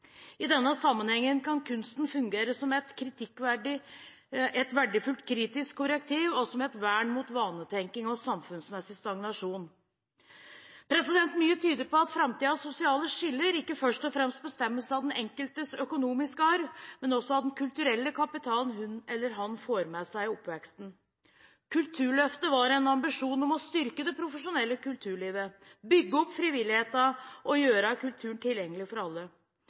I denne sammenhengen kan kunsten fungere som et verdifullt kritisk korrektiv og som et vern mot vanetenkning og samfunnsmessig stagnasjon. Mye tyder på at framtidens sosiale skiller ikke først og fremst bestemmes av den enkeltes økonomiske arv, men også av den kulturelle kapitalen hun eller han får med seg i oppveksten. Kulturløftet var en ambisjon om å styrke det profesjonelle kulturlivet, bygge opp frivilligheten og gjøre kulturen tilgjengelig for alle.